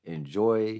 Enjoy